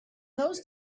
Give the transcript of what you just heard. those